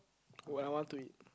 would I want to eat